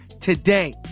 today